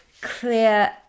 clear